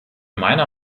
meiner